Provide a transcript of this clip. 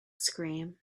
scream